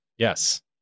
Yes